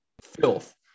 filth